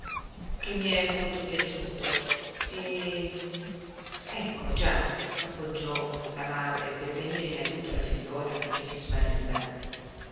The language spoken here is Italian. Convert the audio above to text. che mi è molto piaciuto e ecco già appoggiò la madre per venire in ajuto alla figliuola che si smarriva